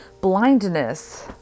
Blindness